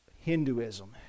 Hinduism